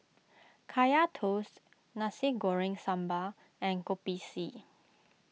Kaya Toast Nasi Goreng Sambal and Kopi C